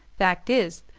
fact is,